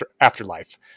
afterlife